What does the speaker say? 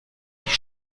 sich